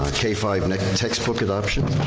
ah k five and textbook at option,